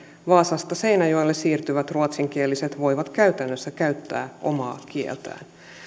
vaasasta seinäjoelle siirtyvät ruotsinkieliset voivat käytännössä käyttää omaa kieltään